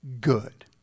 good